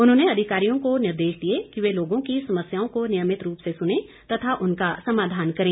उन्होंने अधिकारियों को निर्देश दिए कि वे लोगों की समस्याओं को नियमित रूप से सुने तथा उनका समाधान करें